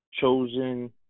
chosen